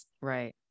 Right